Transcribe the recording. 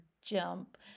jump